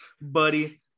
buddy